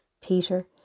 Peter